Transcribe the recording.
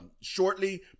shortly